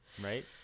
Right